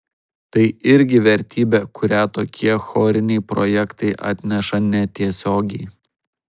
tai irgi vertybė kurią tokie choriniai projektai atneša netiesiogiai